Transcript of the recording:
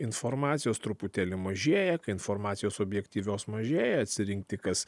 informacijos truputėlį mažėja kai informacijos objektyvios mažėja atsirinkti kas